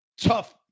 tough